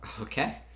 Okay